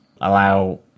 Allow